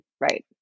right